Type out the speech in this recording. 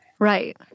Right